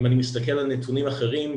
תעדכן לכמה ילדים הגעתם?